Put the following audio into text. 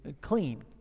clean